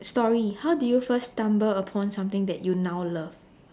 story how do you first stumble upon something that you now love